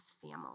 family